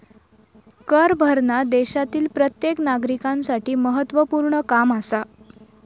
कर भरना देशातील प्रत्येक नागरिकांसाठी महत्वपूर्ण काम आसा